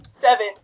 Seven